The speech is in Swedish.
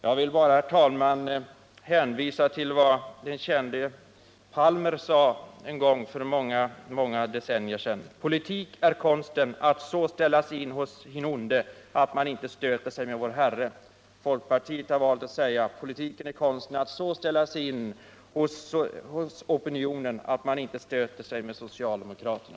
Jag vill bara, herr talman, hänvisa till vad den kände Henric Bernhard Palmer sade en gång för många, många decennier sedan: Politik är konsten att så ställa sig in hos hin onde att man inte stöter sig med vår Herre. Folkpartiet har valt att säga: Politiken är konsten att så ställa sig in hos opinionen att man inte stöter sig med socialdemokraterna.